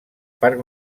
parc